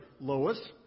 Lois